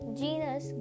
genus